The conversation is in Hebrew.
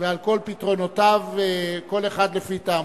ועל כל פתרונותיו, כל אחד לפי טעמו.